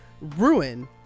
ruin